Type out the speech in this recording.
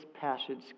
passage